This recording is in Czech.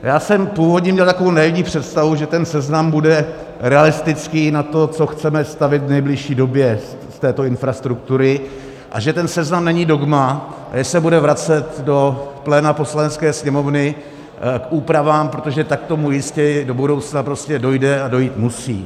Já jsem původně měl takovou naivní představu, že ten seznam bude realistický na to, co chceme stavět v nejbližší době z této infrastruktury, a že ten seznam není dogma a že se bude vracet do pléna Poslanecké sněmovny k úpravám, protože tak k tomu jistě i do budoucna prostě dojde a dojít musí.